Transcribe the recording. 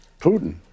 Putin